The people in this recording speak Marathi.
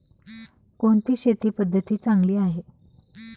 कोणती शेती पद्धती चांगली आहे?